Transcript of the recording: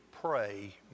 pray